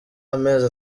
amezi